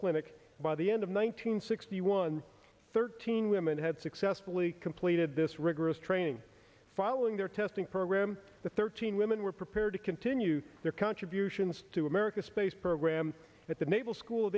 clinic by the end of one thousand nine hundred sixty one thirteen women had successfully completed this rigorous training following their testing program the thirteen women were prepared to continue their contributions to america's space program at the naval school